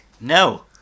No